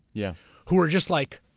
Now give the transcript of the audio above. yeah who are just like,